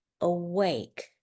awake